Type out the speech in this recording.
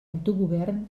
autogovern